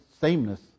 sameness